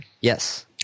Yes